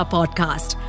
Podcast